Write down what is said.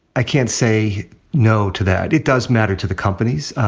i can't say no to that. it does matter to the companies.